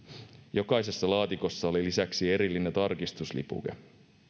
jokaisessa laatikossa oli lisäksi erillinen tarkistuslipuke